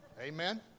Amen